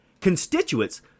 Constituents